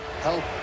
help